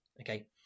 Okay